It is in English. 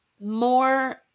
more